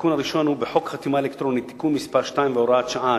התיקון הראשון בחוק חתימה אלקטרונית (תיקון מס' 2 והוראת שעה),